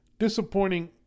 disappointing